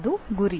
ಅದು ಗುರಿ